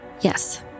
Yes